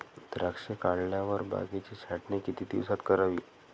द्राक्षे काढल्यावर बागेची छाटणी किती दिवसात करावी?